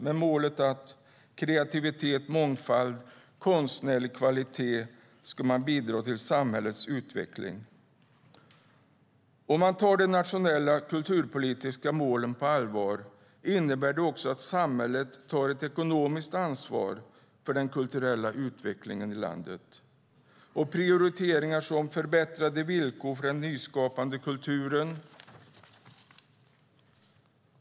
Målet ska vara att kreativitet, mångfald och konstnärlig kvalitet ska bidra till samhällets utveckling. Om man tar de nationella kulturpolitiska målen på allvar innebär det också att samhället tar ett ekonomiskt ansvar för den kulturella utvecklingen i landet. Prioriteringar ska leda till förbättrade villkor för den nyskapande kulturen.